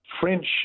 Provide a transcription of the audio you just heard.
French